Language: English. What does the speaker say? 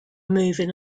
moving